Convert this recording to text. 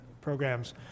programs